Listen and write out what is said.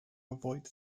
avoid